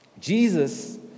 Jesus